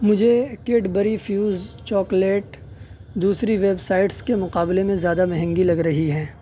مجھے Cadbury Fuse chocolate دوسری websites کے مقابلے میں زیادہ مہنگی لگ رہی ہے